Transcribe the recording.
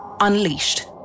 Unleashed